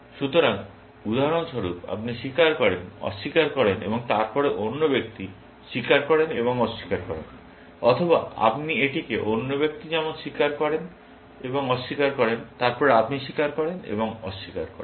সুতরাং উদাহরণস্বরূপ আপনি স্বীকার করেন অস্বীকার করেন এবং তারপরে অন্য ব্যক্তি স্বীকার করেন এবং অস্বীকার করেন অথবা আপনি এটিকে অন্য ব্যক্তি যেমন স্বীকার করেন এবং অস্বীকার করেন এবং তারপরে আপনি স্বীকার করেন এবং অস্বীকার করেন